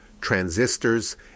transistors